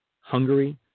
Hungary